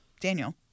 Daniel